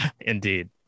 indeed